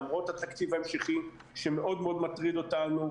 למרות התקציב ההמשכי שמאוד מאוד מטריד אותנו.